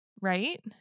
Right